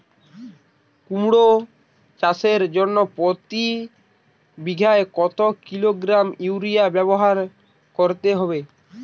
কুমড়ো চাষের জন্য প্রতি বিঘা কত কিলোগ্রাম ইউরিয়া ব্যবহার করতে হবে?